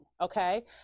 Okay